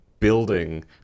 Building